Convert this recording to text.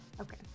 Okay